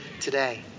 today